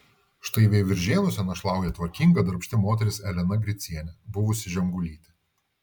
štai veiviržėnuose našlauja tvarkinga darbšti moteris elena gricienė buvusi žemgulytė